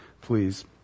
please